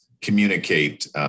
communicate